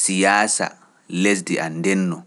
siyaasa, lesdi an ndenno.